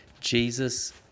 Jesus